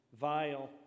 vile